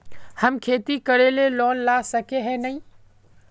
हम खेती करे ले लोन ला सके है नय?